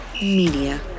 Media